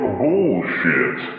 bullshit